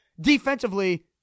Defensively